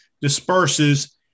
disperses